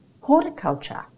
Horticulture